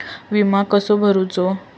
विमा कसो भरूचो?